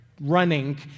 running